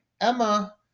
Emma